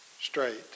straight